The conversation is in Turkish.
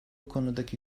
konudaki